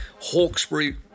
Hawkesbury